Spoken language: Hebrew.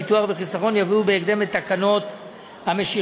ביטוח וחיסכון יביאו בהתאם את תקנות המשיכה.